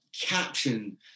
caption